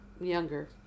younger